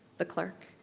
the clerk.